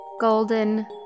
golden